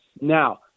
Now